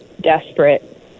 desperate